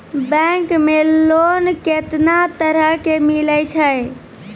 Bank मे loan कैतना तरह के मिलै छै?